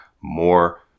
more